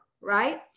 right